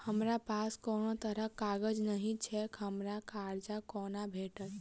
हमरा पास कोनो तरहक कागज नहि छैक हमरा कर्जा कोना भेटत?